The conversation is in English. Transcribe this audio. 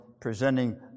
presenting